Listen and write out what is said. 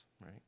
right